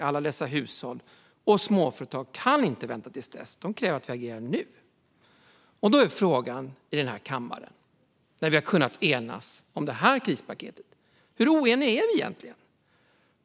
Alla dessa hushåll och småföretag kan inte vänta till dess. De kräver att vi agerar nu. Frågan i denna kammare, där vi har kunnat enas om detta krispaket, är: Hur oeniga är vi egentligen?